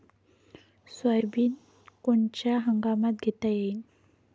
Soybean कोनच्या हंगामात घेता येईन?